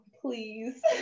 please